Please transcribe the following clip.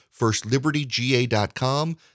Firstlibertyga.com